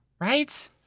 Right